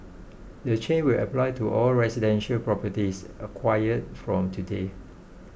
the change will apply to all residential properties acquired from today